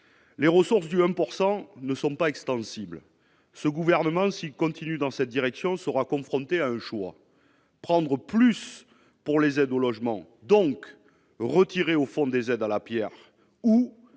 les ressources du 1 pourcent ne sont pas extensibles, ce gouvernement s'il continue dans cette direction sera confronté à un choix prendre plus pour les aides au logement, donc retirer au fond des aides à la Pierre ou